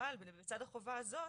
אבל בצד החובה הזו,